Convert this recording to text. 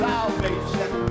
Salvation